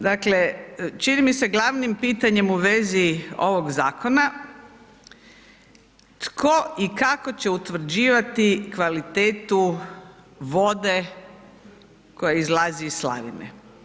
Dakle, čini mi se glavnim pitanjem u vezi ovog zakona tko i kako će utvrđivati kvalitetu vode koja izlazi iz slavine?